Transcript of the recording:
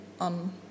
on